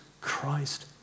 Christ